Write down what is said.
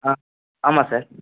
ஆ ஆமாம் சார்